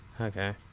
Okay